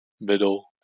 middle